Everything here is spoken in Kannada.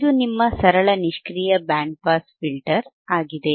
ಇದು ನಿಮ್ಮ ಸರಳ ನಿಷ್ಕ್ರಿಯ ಬ್ಯಾಂಡ್ ಪಾಸ್ ಫಿಲ್ಟರ್ ಆಗಿದೆ